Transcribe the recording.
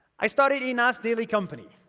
i started a nas daily company.